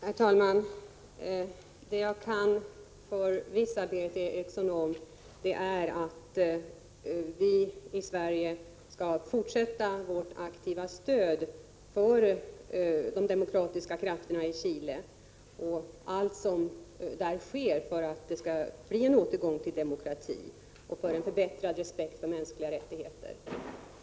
Fru talman! Jag kan förvissa Berith Eriksson om att vi i Sverige skall fortsätta vårt aktiva stöd för de demokratiska krafterna i Chile, för allt som där görs för en övergång till demokrati och för att öka respekten för de mänskliga rättigheterna.